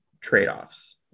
trade-offs